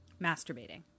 masturbating